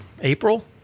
April